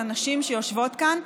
לנשים שיושבות כאן,